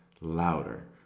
Louder